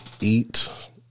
eat